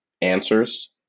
answers